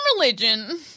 religion